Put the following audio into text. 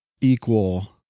equal